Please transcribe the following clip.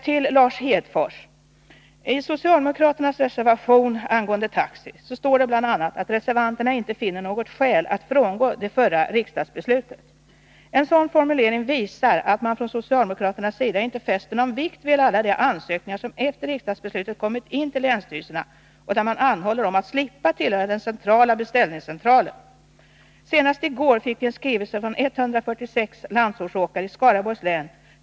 Till Lars Hedfors: I socialdemokraternas reservation angående taxi står det bl.a. att reservanterna inte finner något skäl att frångå det förra riksdagsbeslutet. En sådan formulering visar att man från socialdemokraternas sida inte fäster någon vikt vid alla de ansökningar som efter riksdagsbeslutet kommit in till länsstyrelserna och där man anhåller om att få slippa tillhöra den centrala beställningscentralen. Senast i går inkom en skrivelse från 146 landsortsåkare i Skaraborgs län.